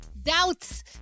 Doubts